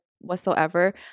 whatsoever